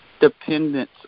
dependence